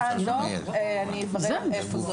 אני אברר איפה זה